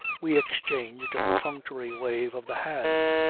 we exchanged a perfunctory wave of the hand.